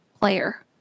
player